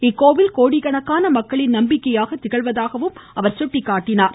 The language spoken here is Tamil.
இக்கோவில் கோடிக்கணக்கான மக்களின் நம்பிக்கையாக திகழ்வதாக எடுத்துரைத்தார்